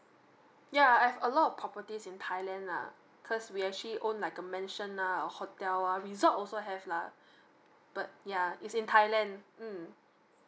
yeah I've a lot properties in thailand lah cause we actually own like a mansion ah a hotel ah resort also have lah but yeah it's in thailand mm